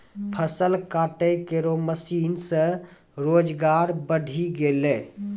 फसल काटै केरो मसीन सें रोजगार बढ़ी गेलै